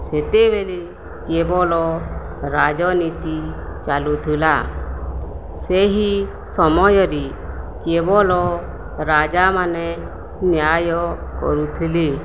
ସେତେବେଳେ କେବଳ ରାଜନୀତି ଚାଲୁଥିଲା ସେହି ସମୟରେ କେବଳ ରାଜାମାନେ ନ୍ୟାୟ କରୁଥିଲେ